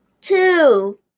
two